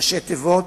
ראשי תיבות: